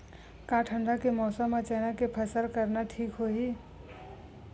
का ठंडा के मौसम म चना के फसल करना ठीक होही?